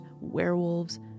werewolves